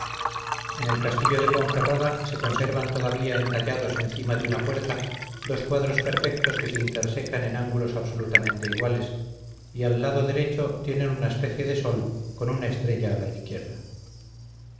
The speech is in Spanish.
en el castillo de ponferrada se conservan todavía entallados encima de una puerta dos cuadrados perfectos que se intersecan en ángulos absolutamente iguales y al lado derecho tienen una especie de sol con una estrella a la izquierda